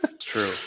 true